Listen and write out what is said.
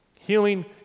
Healing